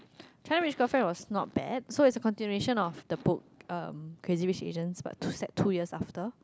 China-Rich-Girlfriend was not bad so it's the continuation of the book um Crazy-Rich-Asians about two set two years after